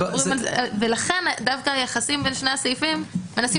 ולכן דווקא היחסים בין שני הסעיפים מנסים